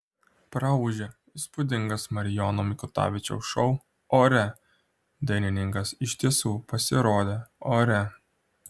praūžė įspūdingas marijono mikutavičiaus šou ore dainininkas iš tiesų pasirodė ore